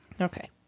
Okay